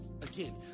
Again